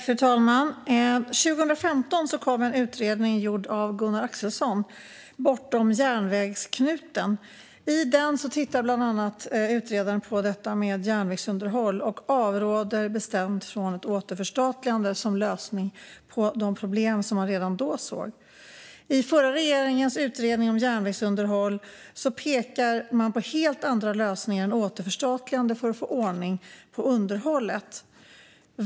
Fru talman! År 2015 kom en utredning gjord av Gunnar Alexandersson: En annan tågordning - bortom järnvägsknuten . Utredaren tittade bland annat på detta med järnvägsunderhåll och avrådde bestämt från ett återförstatligande som lösning på de problem som man redan då såg. I den förra regeringens utredning om järnvägsunderhåll pekar man på helt andra lösningar än återförstatligande för att få ordning på underhållet.